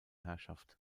herrschaft